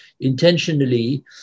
intentionally